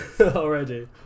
already